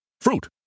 Fruit